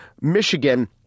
Michigan